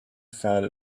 found